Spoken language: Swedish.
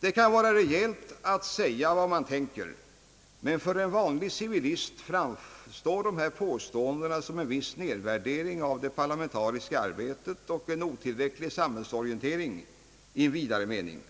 Det kan vara rejält att säga vad man tänker, men för en vanlig civilist framstår dessa påståenden som en viss nedvärdering av parlamentariskt arbete och en otillräcklig samhällsorientering i vidare mening.